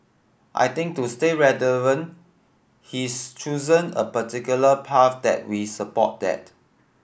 I think to stay relevant he's chosen a particular path that we support that